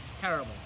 terrible